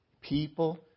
People